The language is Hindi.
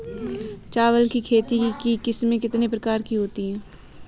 चावल की खेती की किस्में कितने प्रकार की होती हैं?